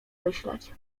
myśleć